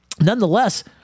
Nonetheless